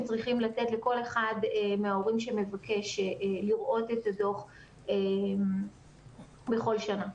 צריכים לתת לכל אחד מההורים שמבקש לראות את הדוח בכל שנה.